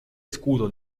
escudo